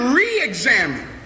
re-examine